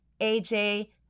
AJ